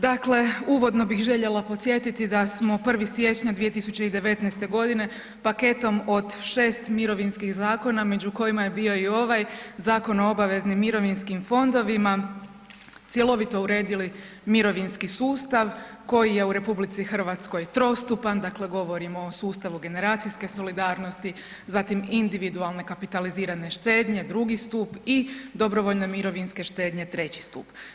Dakle, uvodno bih željela podsjetiti da smo 1.siječnja 2019.godine paketom od 6 mirovinskih zakona među kojima je bio i ovaj Zakon o obaveznim mirovinskim fondovima cjelovito uredili mirovinski sustav koji je u RH trostupan, dakle govorimo o sustavu generacijske solidarnosti, zatim individualne kapitalizirane štednje II stup i dobrovoljne mirovinske štednje III stup.